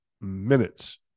minutes